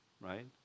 right